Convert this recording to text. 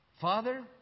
Father